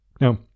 Now